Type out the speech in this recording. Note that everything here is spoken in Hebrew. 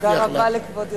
תודה רבה לכבוד היושב-ראש,